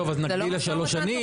טוב, אז נגדיל לשלוש שנים.